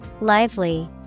Lively